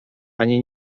ani